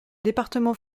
département